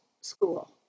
school